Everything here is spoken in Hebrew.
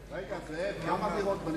ואף אחד לא אמר כלום.